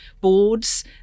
boards